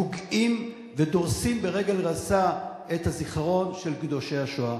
פוגעים ודורסים ברגל גסה את הזיכרון של קדושי השואה?